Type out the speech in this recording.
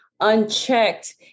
unchecked